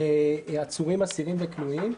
לעצורים, אסירים וכלואים.